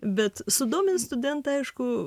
bet sudomint studentą aišku